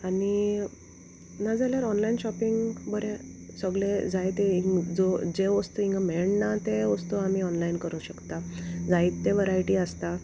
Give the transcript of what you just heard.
आनी नाजाल्यार online shopping बरें सोगलें जायते जो जे वस्तू हिंगा मेळना तें वस्तू आमी ऑनलायन करूं शकता जायते वरायटी आसता